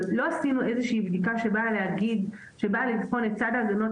אבל לא עשינו איזושהי בדיקה שבאה לבחון את סעד ההגנות